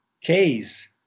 case